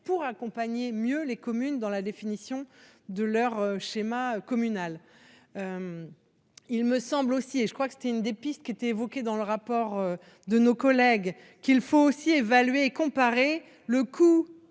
pour accompagner mieux les communes dans la définition de leur schéma communal. Il me semble aussi et je crois que c'était une des pistes qui étaient évoquées dans le rapport de nos collègues qu'il faut aussi évaluer et comparer le coût